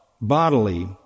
bodily